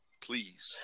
please